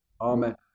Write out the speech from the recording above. amen